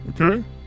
Okay